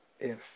Yes